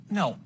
no